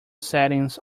settings